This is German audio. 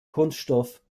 kunststoff